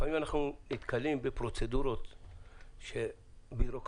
לפעמים אנחנו נתקלים בפרוצדורות ובירוקרטיות.